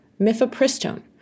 mifepristone